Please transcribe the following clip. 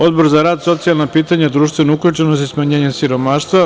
Odbor za rad, socijalna pitanja, društvenu uključenost i smanjenje siromaštva.